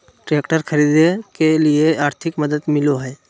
Tractor खरीदे के लिए आर्थिक मदद मिलो है?